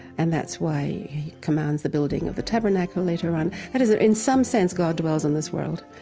and that's why he commands the building of the tabernacle later on. that is, in some sense god dwells in this world.